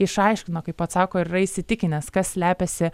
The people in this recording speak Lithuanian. išaiškino kaip atsako yra įsitikinęs kas slepiasi